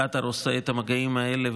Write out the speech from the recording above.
קטר עושה את המגעים האלה,